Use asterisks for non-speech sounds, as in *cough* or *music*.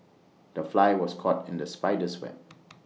the fly was caught in the spider's web *noise*